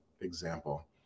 example